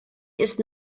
ist